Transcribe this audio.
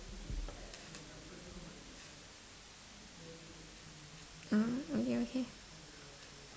uh okay okay